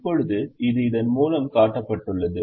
இப்போது இது இதன் மூலம் காட்டப்பட்டுள்ளது